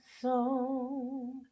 song